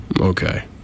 Okay